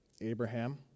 Abraham